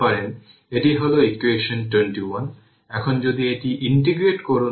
যেখানে 1 L eq 1L 1 plus 1L 2 plus 1L 3 plus 1 LN পর্যন্ত এটি R eq 1R 1 প্লাস 1 হলে আপনার রেজিস্টর প্যারালাল হয়